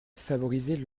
favoriser